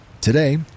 Today